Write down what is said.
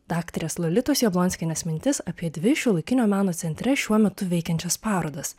daktarės lolitos jablonskienės mintis apie dvi šiuolaikinio meno centre šiuo metu veikiančias parodas